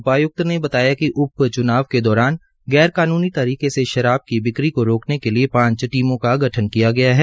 उपायुक्त ने बताया कि उप च्नाव के दौरान गैर कानूनी तरीके से शराब की बिक्री रोकने के लिये पांच टीमों का गठन किया गया है